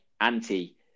anti